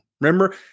Remember